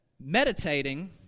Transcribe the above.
Meditating